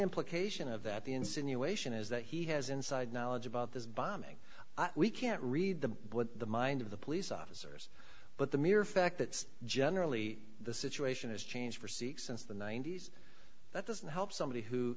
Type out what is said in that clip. implication of that the insinuation is that he has inside knowledge about this bombing we can't read the the mind of the police officers but the mere fact that generally the situation has changed for sikhs since the ninety's that doesn't help somebody who